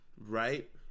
right